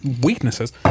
weaknesses